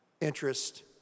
interest